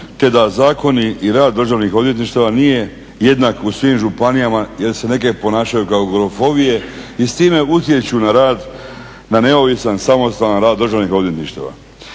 te da zakoni i rad državnih odvjetništava nije jednak u svim županijama jer se neke ponašaju kao … i s time utječu na rad, na neovisan samostalan rad državnih odvjetništava.